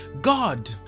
God